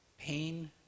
pain